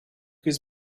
his